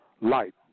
light